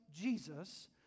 Jesus